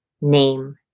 name